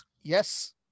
yes